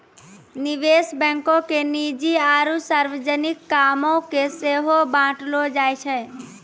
निवेश बैंको के निजी आरु सार्वजनिक कामो के सेहो बांटलो जाय छै